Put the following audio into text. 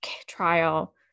trial